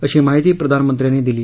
अशी माहिती प्रधानमंत्र्यांनी दिली